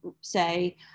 say